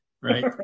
Right